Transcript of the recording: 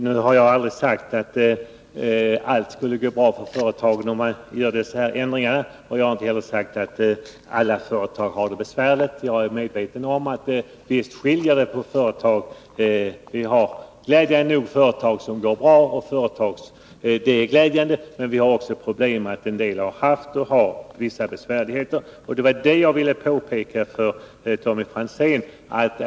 Herr talman! Jag har aldrig sagt att det skulle gå bra för företagen, om vi gör dessa ändringar. Jag har inte heller sagt att alla företag har det besvärligt. Jag är medveten om att det finns skillnader mellan företagen. Vi har företag som går bra, vilket är glädjande. Men en del företag har haft och har vissa besvärligheter. Detta vill jag påpeka för Tommy Franzén.